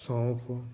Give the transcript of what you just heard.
ਸੌਂਫ